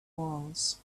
walls